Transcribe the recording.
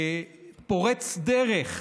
פורץ דרך,